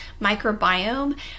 microbiome